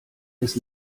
ist